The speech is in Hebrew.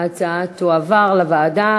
ההצעה תועבר לוועדה.